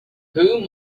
whom